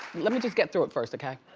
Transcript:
let me just get through it first, okay.